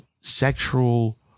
sexual